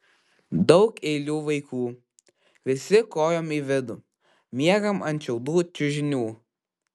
daug eilių vaikų visi kojom į vidų miegam ant šiaudų čiužinių